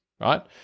right